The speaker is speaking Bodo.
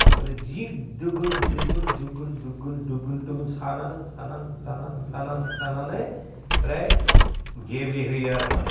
आमफ्राय जि दोगोन दोगोन दोगोन दोगोन दोगोन दोगोन सानानै सानानै सानानै सानानै सानानै ओमफ्राय गेब्लेहोयो आरो मा